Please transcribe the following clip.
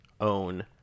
own